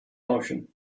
motion